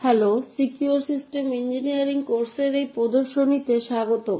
hello secure system engineering কোর্সের এই বক্তৃতায় স্বাগতম